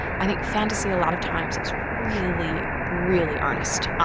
i think fantasy a lot of times is really really earnest.